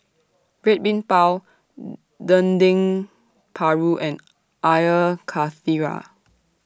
Red Bean Bao Dendeng Paru and Air Karthira